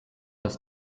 das